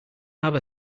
have